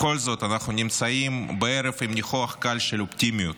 בכל זאת אנחנו נמצאים בערב עם ניחוח קל של אופטימיות,